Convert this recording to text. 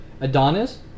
Adonis